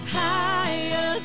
higher